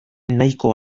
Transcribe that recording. nahiko